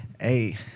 Hey